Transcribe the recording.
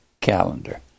calendar